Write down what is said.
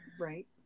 Right